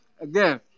Again